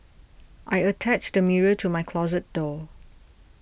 I attached the mirror to my closet door